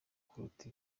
kuruta